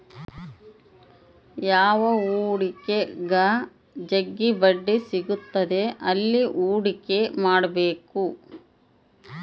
ಯಾವ ಹೂಡಿಕೆಗ ಜಗ್ಗಿ ಬಡ್ಡಿ ಸಿಗುತ್ತದೆ ಅಲ್ಲಿ ಹೂಡಿಕೆ ಮಾಡ್ಬೇಕು